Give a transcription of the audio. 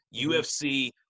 UFC